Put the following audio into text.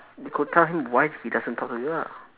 you could tell him why he doesn't talk to you ah